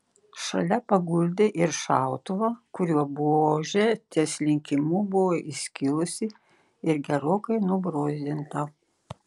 šalia paguldė ir šautuvą kurio buožė ties linkimu buvo įskilusi ir gerokai nubrozdinta